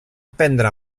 prendre